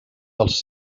dels